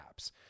apps